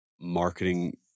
marketing